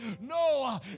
No